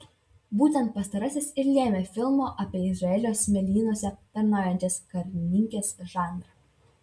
būtent pastarasis ir lėmė filmo apie izraelio smėlynuose tarnaujančias karininkes žanrą